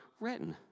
written